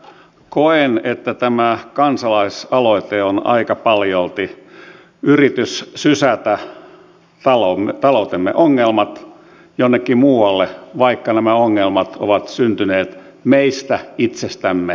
koen että tämä kansalaisaloite on aika paljolti yritys sysätä taloutemme ongelmat jonnekin muualle vaikka nämä ongelmat ovat syntyneet meistä itsestämme